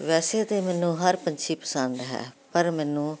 ਵੈਸੇ ਤਾਂ ਮੈਨੂੰ ਹਰ ਪੰਛੀ ਪਸੰਦ ਹੈ ਪਰ ਮੈਨੂੰ